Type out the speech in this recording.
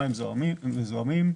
המים זוהמו.